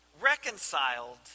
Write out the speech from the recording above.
reconciled